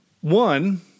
One